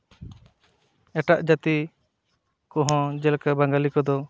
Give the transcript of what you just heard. ᱮᱴᱟᱜ ᱡᱟᱹᱛᱤ ᱠᱚᱦᱚᱸ ᱡᱮᱞᱮᱠᱟ ᱵᱟᱝᱜᱟᱞᱤ ᱠᱚᱫᱚ